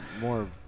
more